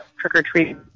trick-or-treat